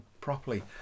properly